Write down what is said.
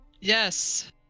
Yes